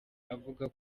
avuga